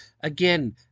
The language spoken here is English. Again